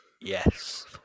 Yes